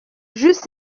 j’eus